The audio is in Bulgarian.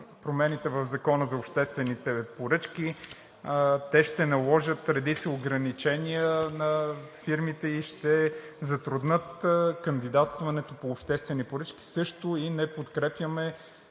промените в Закона за обществените поръчки. Те ще наложат редица ограничения на фирмите и ще затруднят кандидатстването по обществени поръчки. Също и неподкрепяме